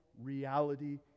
reality